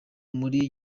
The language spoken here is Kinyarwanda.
muri